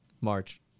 March